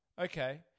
Okay